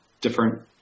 different